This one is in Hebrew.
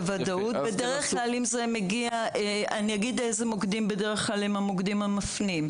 אני אגיד איזה מוקדים בדרך כלל הם המוקדים המפנים.